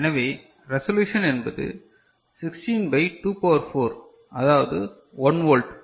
எனவே ரெசல்யூசன் என்பது 16 by 2 power 4 அதாவது 1 வோல்ட்